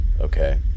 Okay